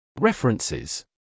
References